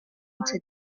today